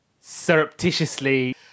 Surreptitiously